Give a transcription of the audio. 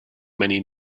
many